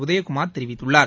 உதயகுமார் தெரிவித்துள்ளார்